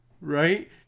right